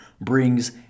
brings